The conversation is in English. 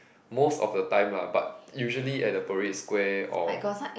most of the time lah but usually at the Parade Square or